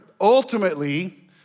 ultimately